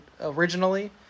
originally